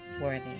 worthy